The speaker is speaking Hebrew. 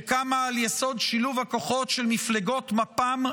שקמה על יסוד שילוב הכוחות של מפלגות מפ"ם,